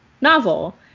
novel